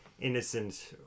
innocent